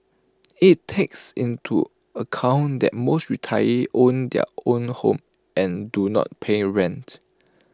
IT takes into account that most retirees own their own homes and do not pay rent